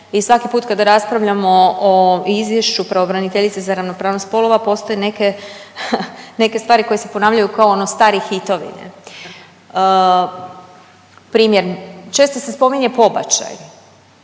i svaki put kada raspravljamo o izvješću Pravobraniteljice za ravnopravnost spolova, postoje neke, neke stvari koje se ponavljaju kao ono stari hitovi, ne. Primjer često se spominje pobačaj.